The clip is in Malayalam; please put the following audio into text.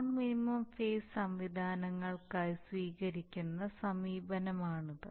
നോൺ മിനിമം ഫേസ് സംവിധാനങ്ങൾക്കായി സ്വീകരിക്കുന്ന സമീപനമാണിത്